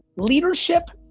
leadership,